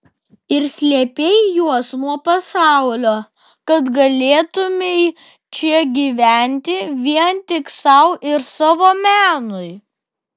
ir slėpei juos nuo pasaulio kad galėtumei čia gyventi vien tik sau ir savo menui